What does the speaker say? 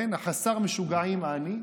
החסר משוגעים אני?